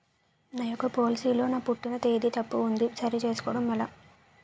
నా యెక్క పోలసీ లో నా పుట్టిన తేదీ తప్పు ఉంది సరి చేసుకోవడం ఎలా?